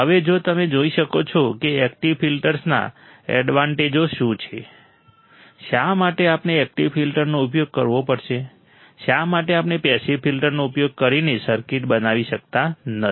હવે જો તમે જોઈ શકો છો કે એકટીવ ફિલ્ટર્સના એડવાન્ટેજો શું છે શા માટે આપણે એકટીવ ફિલ્ટર્સનો ઉપયોગ કરવો પડશે શા માટે આપણે પેસિવ ફિલ્ટર્સનો ઉપયોગ કરીને સર્કિટ બનાવી શકતા નથી